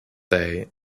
day